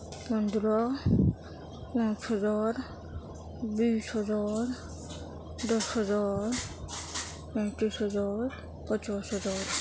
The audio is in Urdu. پندرہ پانچ ہزار بیس ہزار دس ہزار پینتیس ہزار پچاس ہزار